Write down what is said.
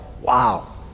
wow